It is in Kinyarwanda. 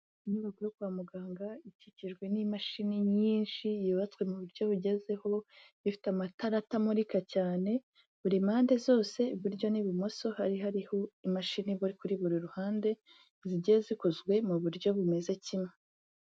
Inyubako yo kwa muganga ikikijwe n'imashini nyinshi yubatswe mu buryo bugezweho, ifite amatara atamurika cyane. Buri mpande zose iburyo n'ibumoso hari hariho imashini ziri kuri buri ruhande zigiye zikozwe mu buryo bumeze kimwe.